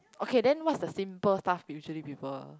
okay then what's the simple stuff usually people